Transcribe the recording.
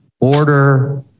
order